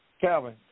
Calvin